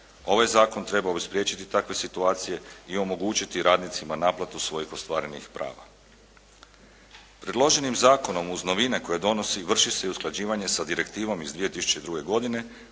Ovaj zakon trebao bi spriječiti takve situacije i omogućiti radnicima naplatu svojih ostvarenih prava. Predloženim zakonom uz novine koje donosi vrši se usklađivanje sa direktivom iz 2002. godine